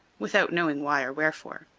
without knowing why or wherefore.